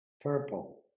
purple